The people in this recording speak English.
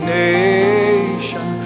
nation